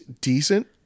decent